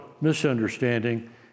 misunderstanding